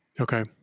okay